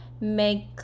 make